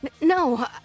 no